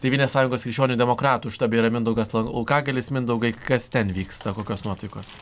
tėvynės sąjungos krikščionių demokratų štabe yra mindaugas laukagalis mindaugai kas ten vyksta kokios nuotaikos